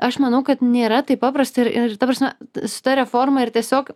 aš manau kad nėra taip paprasta ir ir ta prasme su ta reforma ir tiesiog